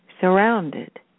surrounded